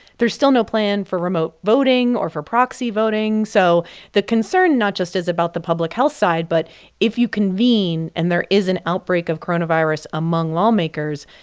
there's still no plan for remote voting or for proxy voting. so the concern not just is about the public health side. but if you convene and there is an outbreak of coronavirus among lawmakers,